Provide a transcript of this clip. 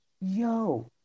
yo